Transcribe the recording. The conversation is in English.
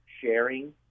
sharing